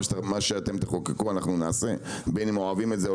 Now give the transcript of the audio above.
ומה שאתם תחקקו אנחנו נעשה בין אם אנחנו אוהבים את זה,